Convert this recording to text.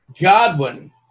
Godwin